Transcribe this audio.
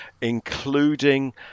including